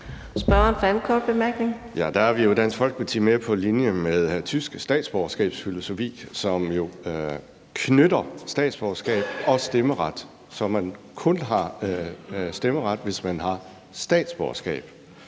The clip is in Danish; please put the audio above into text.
Der er vi jo i Dansk Folkeparti mere på linje med en tysk statsborgerskabsfilosofi, som knytter et statsborgerskab og stemmeretten sammen, så man kun har stemmeret, hvis man har et statsborgerskab,